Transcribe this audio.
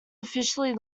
officially